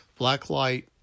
Blacklight